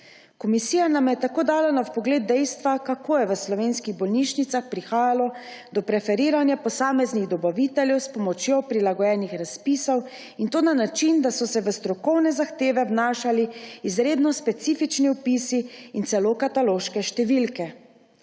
Komisija nam je tako dala na v pogled dejstva, kako je v slovenskih bolnišnicah prihajalo do preferiranje posameznih dobavitelj s pomočjo prilagojenih razpisov, in to na način, da so se v strokovne zahteve vnašali izredno specifični vpisi in celo kataloške številke.